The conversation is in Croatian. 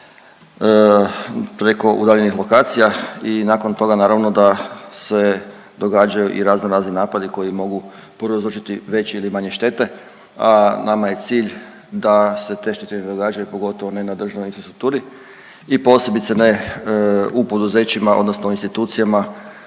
preko udaljenih lokacija i nakon toga naravno da se događaju i razno razni napadi koji mogu prouzročiti veće ili manje štete, a nama je cilj da se te štete ne događaju pogotovo ne na državnoj infrastrukturi i posebice ne u poduzećima odnosno institucijama